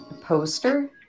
Poster